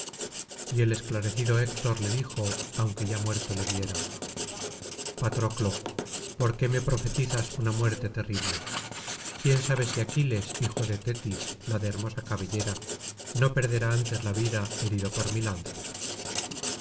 y el esclarecido héctor le dijo aunque ya muerto le viera patroclo por qué me profetizas una muerte terrible quién sabe si aquiles hijo de tetis la de hermosa cabellera no perderá antes la vida herido por mi lanza